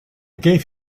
gave